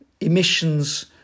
emissions